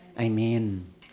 amen